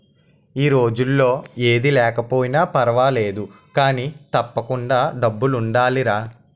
ఈ రోజుల్లో ఏది లేకపోయినా పర్వాలేదు కానీ, తప్పకుండా డబ్బులుండాలిరా